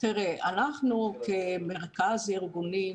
אנחנו כמרכז ארגונים,